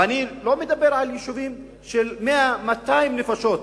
ואני לא מדבר על יישובים של 100 200 נפשות,